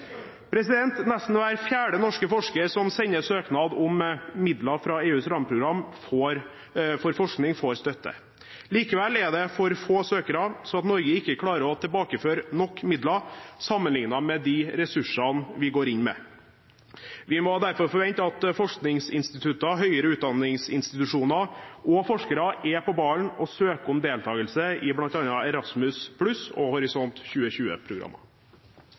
Nesten hver fjerde norske forsker som sender søknad om midler fra EUs rammeprogram for forskning, får støtte. Likevel er det for få søkere, slik at Norge ikke klarer å få tilbakeført nok midler sammenlignet med de ressursene vi går inn med. Vi må derfor forvente at forskningsinstitutt, høyere utdanningsinstitusjoner og forskere er på ballen og søker om deltakelse i bl.a. Erasmus+- og Horisont